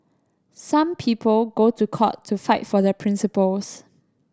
some people go to court to fight for their principles